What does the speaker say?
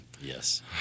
yes